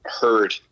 heard